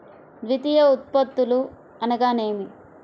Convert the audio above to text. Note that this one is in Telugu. ద్వితీయ ఉత్పత్తులు అనగా నేమి?